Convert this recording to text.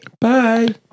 Bye